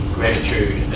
Gratitude